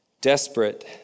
desperate